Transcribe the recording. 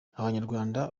abanyarwanda